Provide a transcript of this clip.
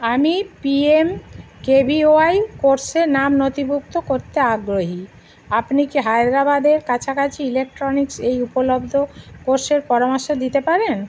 আমি P M K V Y কোর্সে নাম নথিভুক্ত করতে আগ্রহী আপনি কি হায়দ্রাবাদের কাছাকাছি ইলেকট্রনিক্স এই উপলব্ধ কোর্সের পরামর্শ দিতে পারেন